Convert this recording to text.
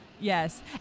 Yes